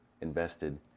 invested